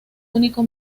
único